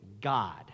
God